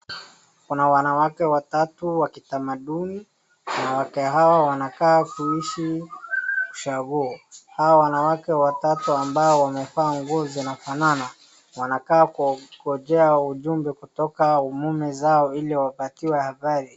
Kuna wanawake watatu wakitamaduni. Wanawake hawa wanakaa kuishi ushago .hawa wanawake watatu ambao wamevaa nguo zinafanana wanakaa kwa kungojea ujumbe kutoka mume zao iliwapatiwe habari.